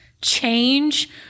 change